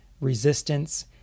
resistance